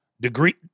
degree